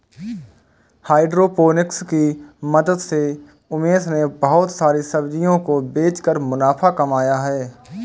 hydroponics की मदद से उमेश ने बहुत सारी सब्जियों को बेचकर मुनाफा कमाया है